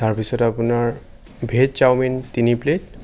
তাৰপিছত আপোনাৰ veg chowmein তিনি প্লেট